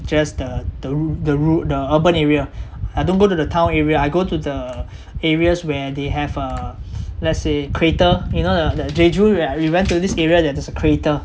just the the ru~ the ru~ the urban area I don't go to the town area I go to the areas where they have uh let's say crater you know the the jeju where we went to this area that there's a crater